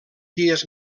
dies